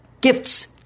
gifts